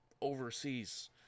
overseas